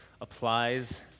applies